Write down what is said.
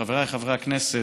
חבריי חברי הכנסת,